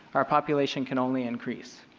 our population can only increase.